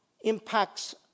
impacts